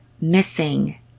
missing